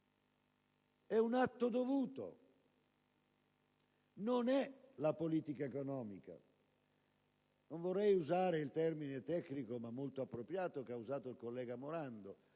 un atto dovuto: non è la politica economica! Non vorrei usare il termine tecnico, ma molto appropriato, che ha usato il collega Morando: